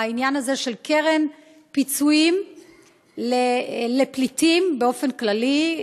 בעניין הזה של קרן פיצויים לפליטים באופן כללי,